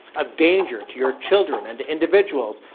of danger to your children and individuals?